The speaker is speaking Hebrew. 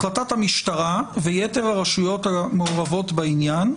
החלטת המשטרה ויתר הרשויות המעורבות בעניין,